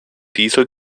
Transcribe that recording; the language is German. diesel